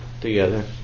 together